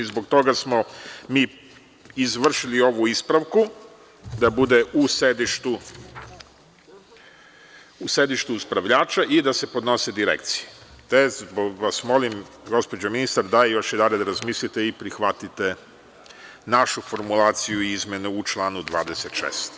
Zbog toga smo izvršili ovu ispravku da bude u sedištu upravljača i da se podnose Direkciji, te vas molim gospođo ministar da još jedanput razmislite i prihvatite našu formulaciju izmene u članu 26.